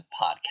podcast